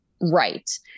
right